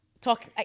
talk